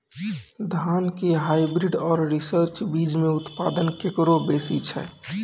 धान के हाईब्रीड और रिसर्च बीज मे उत्पादन केकरो बेसी छै?